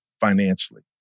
financially